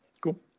Cool